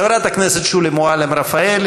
חברת הכנסת שולי מועלם-רפאלי,